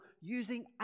using